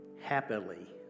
happily